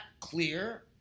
clear